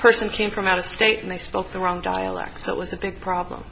person came from out of state and they spoke the wrong dialect so it was a big problem